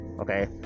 okay